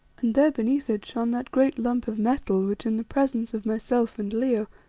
and there beneath it shone that great lump of metal which, in the presence of myself and leo,